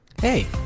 Hey